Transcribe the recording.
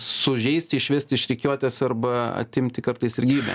sužeisti išvesti iš rikiuotės arba atimti kartais ir gyvybę